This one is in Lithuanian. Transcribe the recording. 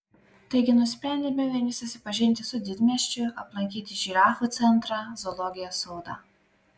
taigi nusprendėme vieni susipažinti su didmiesčiu aplankyti žirafų centrą zoologijos sodą